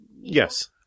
Yes